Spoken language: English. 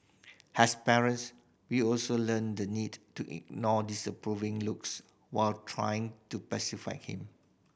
has parents we also learn the need to ignore disapproving looks while trying to pacify him